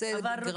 רוצה של גרמניה.